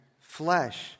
flesh